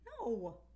No